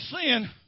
Sin